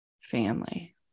family